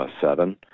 seven